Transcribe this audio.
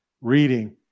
reading